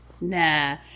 nah